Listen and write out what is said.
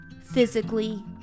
physically